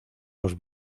los